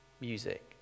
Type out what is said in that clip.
music